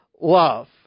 love